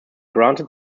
granted